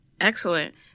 Excellent